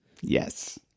yes